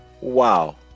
Wow